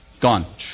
Gone